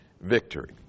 victory